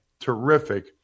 Terrific